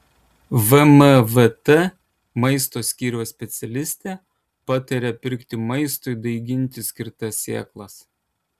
vmvt maisto skyriaus specialistė pataria pirkti maistui daiginti skirtas sėklas